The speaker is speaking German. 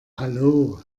hallo